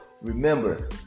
remember